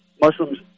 Muslims